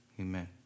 Amen